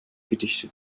gedichte